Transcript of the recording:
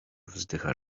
wzdycha